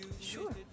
Sure